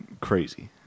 crazy